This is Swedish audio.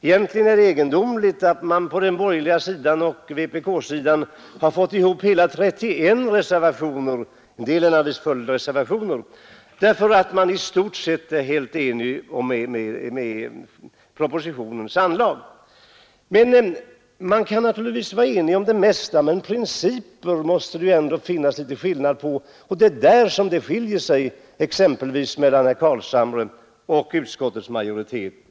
Egentligen är det egendomligt att den borgerliga sidan och vpk har fått ihop hela 31 reservationer — en del av dem är naturligtvis följdreservationer — då det ju i stort sett råder enighet om det som står i propositionen. Nu kan man” naturligtvis vara enig om det mesta, men i fråga om principerna finns det skiljaktigheter, bl.a. mellan herr Carlshamre och utskottets majoritet.